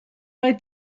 oedd